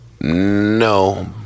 No